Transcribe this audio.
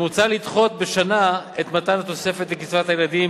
מוצע לדחות בשנה את מתן התוספת לקצבת הילדים,